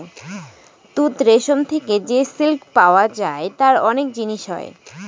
তুত রেশম থেকে যে সিল্ক পাওয়া যায় তার অনেক জিনিস হয়